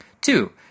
Two